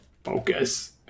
Focus